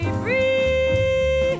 free